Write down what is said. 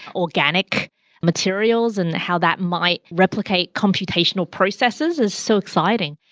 organic materials and how that might replicate computational processes is so exciting.